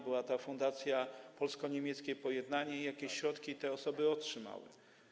Była ta Fundacja Polsko-Niemieckie Pojednanie i jakieś środki te osoby otrzymały.